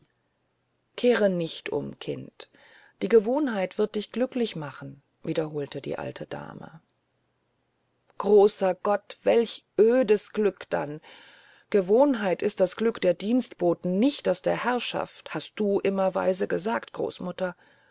kehre nicht um kind die gewohnheit wird dich glücklich machen wiederholte die alte dame großer gott welch ödes glück dann gewohnheit ist das glück der dienstboten nicht das der herrschaft hast du immer weise gesagt großmutter